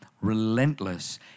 relentless